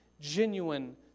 genuine